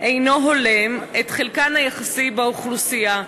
אינו הולם את חלקן היחסי באוכלוסייה.